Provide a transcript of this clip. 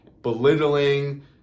belittling